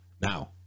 Now